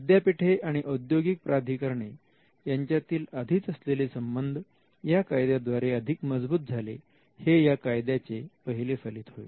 विद्यापीठे आणि औद्योगिक प्राधिकरणे यांच्यातील आधीच असलेले संबंध या कायद्याद्वारे अधिक मजबूत झाले हे या कायद्याचे पहिले फलित होय